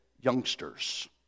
youngsters